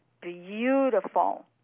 beautiful